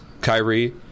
Kyrie